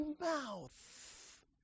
mouth